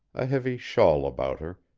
a heavy shawl about her,